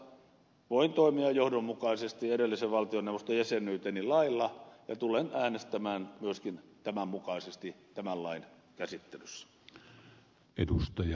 tässä suhteessa voin toimia johdonmukaisesti edellisen valtioneuvoston jäsenyyteni lailla ja tulen äänestämään myöskin tämän mukaisesti tämän lain käsittelyssä